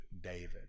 David